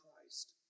Christ